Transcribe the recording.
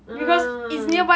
mm